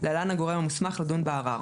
להלן "הגורם המוסמך לדון בערר".